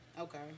Okay